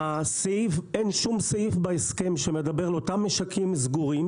אין שום סעיף בהסכם שמדבר על אותם משקים סגורים,